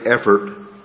effort